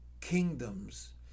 kingdoms